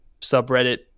subreddit